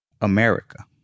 America